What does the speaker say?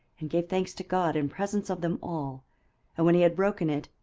and gave thanks to god in presence of them all and when he had broken it,